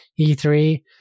e3